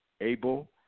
able